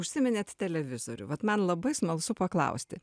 užsiminėt televizorių vat man labai smalsu paklausti